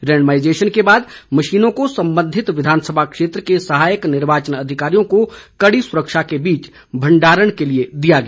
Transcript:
randomisation के बाद मशीनों को संबंधित विधानसभा क्षेत्र के सहायक निवार्चन अधिकारियों को कड़ी सुरक्षा के बीच भण्डारण के लिए दिया गया